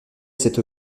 cette